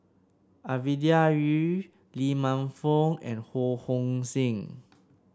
Ovidia Yu Lee Man Fong and Ho Hong Sing